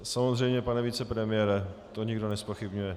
Samozřejmě, pane vicepremiére, to nikdo nezpochybňuje.